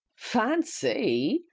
fancy!